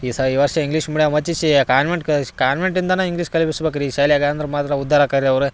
ಈ ಸಲ ಈ ವರ್ಷ ಇಂಗ್ಲೀಷ್ ಮೀಡಿಯಮ್ ಹಚ್ಚಿಸಿ ಕಾರ್ಮೆಂಟ್ ಕಳ್ಸಿ ಕಾರ್ಮೆಂಟಿಂದಲೇ ಇಂಗ್ಲೀಷ್ ಕಲಿಸ್ಬೇಕು ರೀ ಶಾಲ್ಯಗ ಅಂದ್ರೆ ಮಾತ್ರ ಉದ್ಧಾರ ಆಕ್ಕಾರ್ರಿ ಅವ್ರು